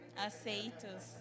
Aceitos